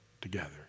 together